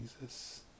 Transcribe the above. Jesus